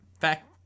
fact